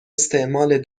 استعمال